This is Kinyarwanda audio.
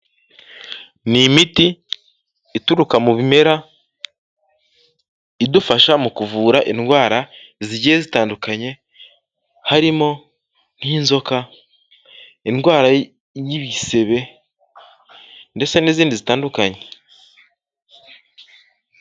Ni imiti ituruka mu bimera idufasha mu kuvura indwara zigiye zitandukanye, harimo nk'inzoka, indwara y'ibisebe ndetse n'izindi zitandukanye.